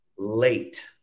Late